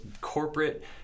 corporate